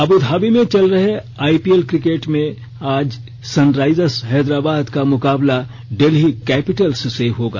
Abu Dhabi में चल रहे आई पी एल क्रिकेट में आज सनराइजर्स हैदराबाद का मुकाबला डेल्ही कैपिटल्स से होगा